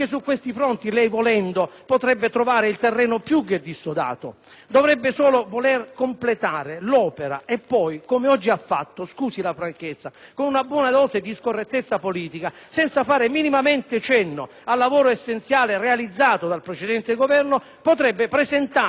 dovrebbe solo voler completare l'opera e poi, come oggi ha fatto - scusi la franchezza - con una buona dose di scorrettezza politica, senza fare minimamente cenno al lavoro essenziale realizzato dal precedente Governo, potrebbe presentare e tentare di realizzare la più importante e utile riforma giudiziaria di tutti i tempi